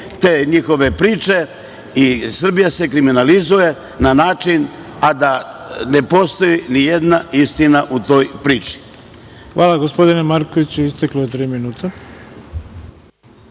te njihove priče i Srbija se kriminalizuje na način, a da ne postoji ni jedna istina u toj priči. **Ivica Dačić** Hvala gospodine Markoviću. Isteklo je tri minuta. Reč